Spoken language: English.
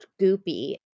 goopy